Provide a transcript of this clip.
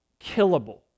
killable